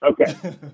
Okay